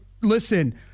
listen